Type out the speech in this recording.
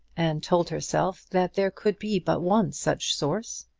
and told herself that there could be but one such source.